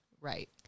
Right